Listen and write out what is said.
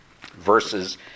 verses